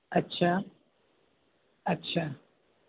अच्छा अच्छा